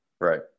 Right